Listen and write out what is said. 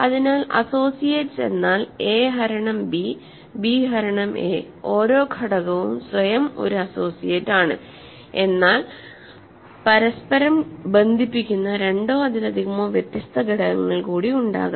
അതിനാൽ അസോസിയേറ്റ്സ് എന്നാൽ a ഹരണം b b ഹരണം a ഓരോ ഘടകവും സ്വയം ഒരു അസോസിയേറ്റ് ആണ് എന്നാൽ പരസ്പരം ബന്ധിപ്പിക്കുന്ന രണ്ടോ അതിലധികമോ വ്യത്യസ്ത ഘടകങ്ങൾ കൂടി ഉണ്ടാകാം